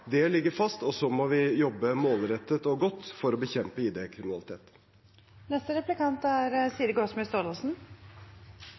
Det ligger fast, og så må vi jobbe målrettet og godt for å bekjempe